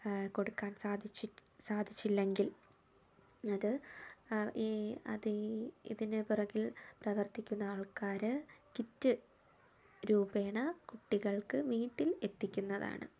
കൊടുക്കാൻ സാധിച്ചില്ല സാധിച്ചില്ലെങ്കിൽ അത് ഈ അത് ഈ ഇതിന് പിറകിൽ പ്രവർത്തിക്കുന്ന ആൾക്കാർ കിറ്റ് രൂപേണ കുട്ടികൾക്ക് വീട്ടിൽ എത്തിക്കുന്നതാണ്